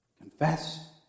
confess